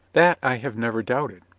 that i have never doubted.